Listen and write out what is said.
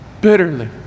bitterly